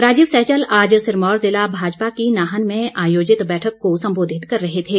राजीव सैजल आज सिरमौर जिला भाजपा की नाहन में आयोजित बैठक को संबोधित कर रहे थे